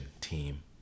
team